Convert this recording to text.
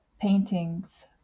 paintings